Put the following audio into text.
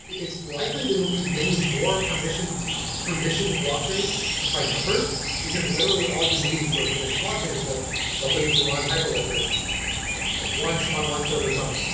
it's likely there will be many more permission permission to blockchains just by number. because, literally, all you need for a permission blockchain is just like somebody to run hyper ledger once on one server somewhere.